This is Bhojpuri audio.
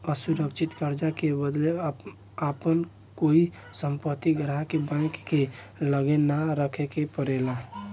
असुरक्षित कर्जा के बदले आपन कोई संपत्ति ग्राहक के बैंक के लगे ना रखे के परेला